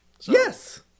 yes